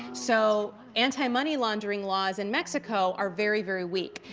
so anti-money-laundering laws in mexico are very, very weak.